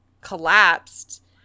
collapsed